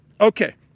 Okay